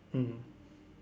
mm